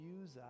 use